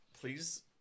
please